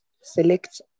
select